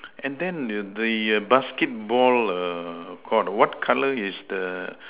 and then the err the basketball err court what color is the